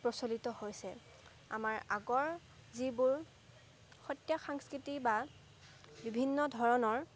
প্ৰচলিত হৈছে আমাৰ আগৰ যিবোৰ সত্ৰীয়া সাংস্কৃতি বা বিভিন্ন ধৰণৰ